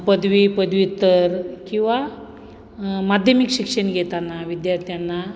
पदवी पदव्युत्तर किंवा माध्यमिक शिक्षण घेताना विद्यार्थ्यांना